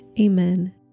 Amen